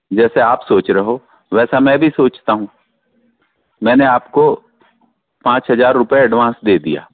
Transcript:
जैसे आप सोच रहे हो वैसा मैं भी सोचता हूँ मैंने आपको पाँच हजार रूपए एडवांस दे दिया